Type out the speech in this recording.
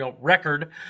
record